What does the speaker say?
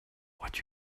what